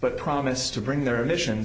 but promise to bring their emissions